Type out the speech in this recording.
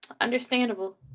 Understandable